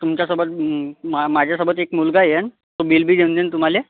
तुमच्यासोबत म् मा माझ्यासोबत एक मुलगा येईल तो बील बी देऊन जाईन तुम्हाला